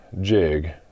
jig